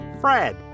Fred